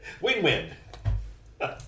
Win-win